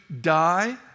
die